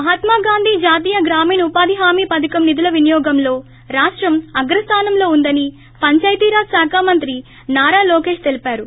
మహాత్మాగాంధీ జాతీయ గ్రామీణ ఉపాధిహామీ పధకం నిధుల వినియోగంలో రాష్టం అగ్రస్లానంలో ఉందని పంచాయతీరాజ్ శాఖ మంత్రి నారా లోకేష్ తెలిపారు